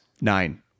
Nine